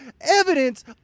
evidence